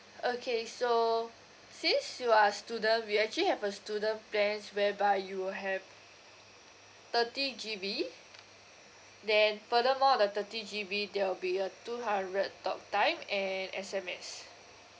okay so since you are a student we actually have a student plans whereby you will have thirty G_B then furthermore the thirty G_B there will be a two hundred talk time and S_M_S